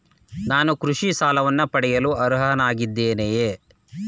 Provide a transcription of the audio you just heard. ನಾನು ಕೃಷಿ ಸಾಲವನ್ನು ಪಡೆಯಲು ಅರ್ಹನಾಗಿದ್ದೇನೆಯೇ?